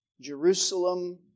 Jerusalem